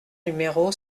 numéro